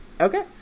Okay